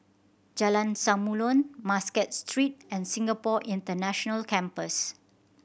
Jalan Samulun Muscat Street and Singapore International Campus